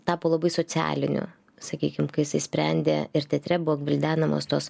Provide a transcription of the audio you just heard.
tapo labai socialiniu sakykim kai jisai sprendė ir teatre buvo gvildenamos tos